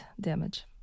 damage